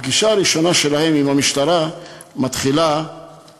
הפגישה הראשונה שלהם עם המשטרה היא על הכביש,